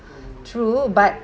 true but